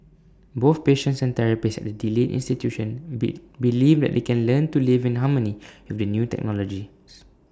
both patients and therapists at the delete institution be believe that they can learn to live in harmony with the new technologies